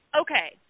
Okay